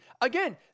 Again